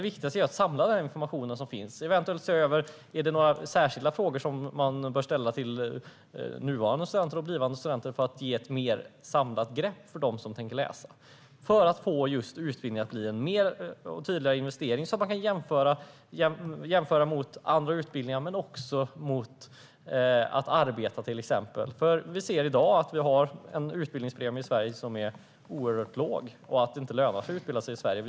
Det viktigaste är att samla den information som finns och eventuellt se över om det är några särskilda frågor som man bör ställa till nuvarande och blivande studenter för att ge ett mer samlat grepp för dem som tänker läsa. Det gäller att få utbildning att bli en tydligare investering. Man ska kunna jämföra mot andra utbildningar men också mot till exempel arbete. Vi har i dag i Sverige en utbildningspremie som är oerhört låg. Det lönar sig inte att utbilda sig i Sverige.